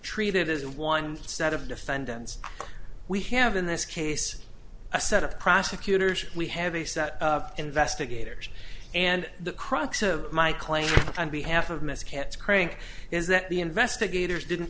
treated as one set of defendants we have in this case a set of prosecutors we have a set of investigators and the crux of my claim on behalf of mr katz craic is that the investigators didn't